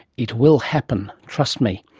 it will happen, trust me.